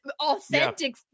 authentic